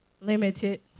limited